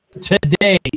today